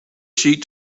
sheet